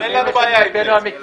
אין לנו בעיה עם זה.